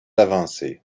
avancer